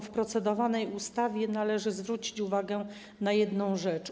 W procedowanej ustawie należy zwrócić uwagę na jedną rzecz.